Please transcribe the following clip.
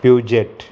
Peugeot